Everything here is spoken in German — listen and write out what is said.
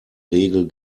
regel